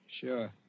Sure